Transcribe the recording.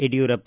Yediyurappa